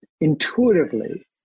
intuitively